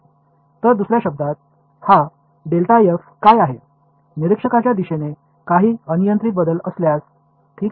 तर दुसऱ्या शब्दांत हा डेल्टा f काय आहे निरीक्षकाच्या दिशेने काही अनियंत्रित बदल असल्यास ठीक आहे